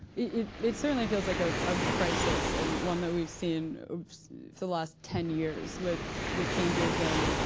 it it certainly feels like a ah crisis and one that we've seen for the last ten years with the changes in,